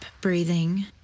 breathing